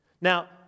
Now